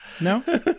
No